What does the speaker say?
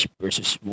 versus